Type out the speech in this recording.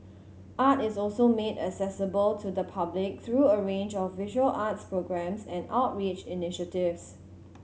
art is also made accessible to the public through a range of visual arts programmes and outreach initiatives